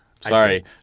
Sorry